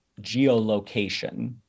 geolocation